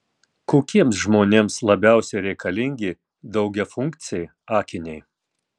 kokiems žmonėms labiausiai reikalingi daugiafunkciai akiniai